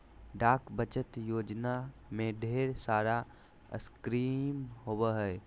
डाक बचत योजना में ढेर सारा स्कीम होबो हइ